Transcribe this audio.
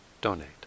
donate